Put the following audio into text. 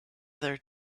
other